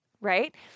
right